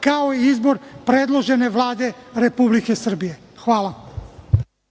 kao i izbor predložene Vlade Republike Srbije. Hvala.